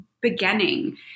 beginning